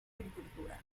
agricultura